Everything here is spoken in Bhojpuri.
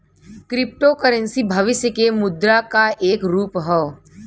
क्रिप्टो करेंसी भविष्य के मुद्रा क एक रूप हौ